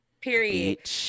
Period